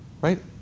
right